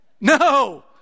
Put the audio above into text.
No